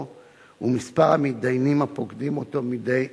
ואת מספר המתדיינים הפוקדים אותו מדי יום,